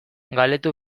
galdetu